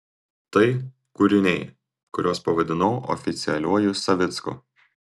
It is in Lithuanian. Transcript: tai kūriniai kuriuos pavadinau oficialiuoju savicku